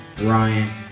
Ryan